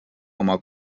oma